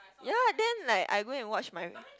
ya then like I go and watch my